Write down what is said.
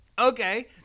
Okay